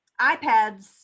iPads